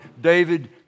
David